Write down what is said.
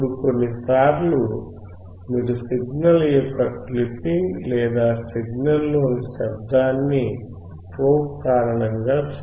ఇప్పుడు కొన్నిసార్లు మీరు సిగ్నల్ యొక్క క్లిప్పింగ్ లేదా సిగ్నల్లోని శబ్దాన్ని ప్రోబ్ కారణంగా చూడవచ్చు